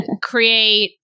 create